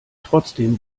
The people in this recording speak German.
trotzdem